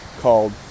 called